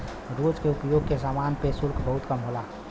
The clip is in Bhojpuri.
रोज के उपयोग के समान पे शुल्क बहुत कम होला